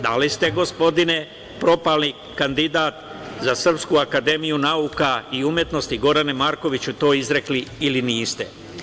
Da li ste, gospodine, propali kandidat za Srpsku akademiju nauka i umetnosti, Gorane Markoviću to izrekli ili niste?